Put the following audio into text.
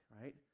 right